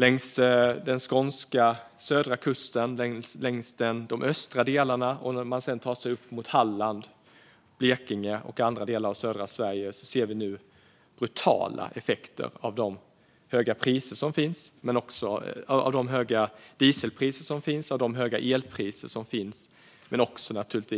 Längs den skånska sydkusten, i de östra delarna och upp mot Halland, Blekinge och andra delar av södra Sverige ser vi nu brutala effekter av de höga diesel och elpriserna